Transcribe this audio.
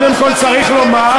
קודם כול צריך לומר,